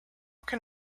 can